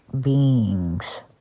beings